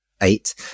eight